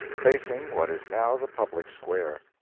facing what is now the public square.